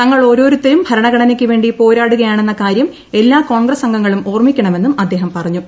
തങ്ങൾ ഓരോരുത്തരും ഭരണഘടനയ്ക്ക് വേണ്ടി പോരാടുകയാണെന്ന കാര്യം എല്ലാ കോൺഗ്രസ് അംഗങ്ങളും ഓർമ്മിക്കണമെന്നും അദ്ദേഹം പറഞ്ഞു